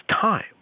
time